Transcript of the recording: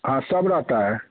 हाँ सब रहता है